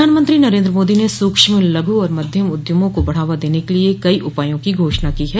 प्रधानमंत्री नरेन्द्र मोदी ने सूक्ष्म लघु और मध्यम उद्यमों को बढावा देने के लिए कई उपायों की घोषणा की है